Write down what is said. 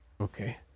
Okay